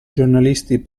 giornalisti